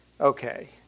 Okay